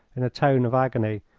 in a tone of agony.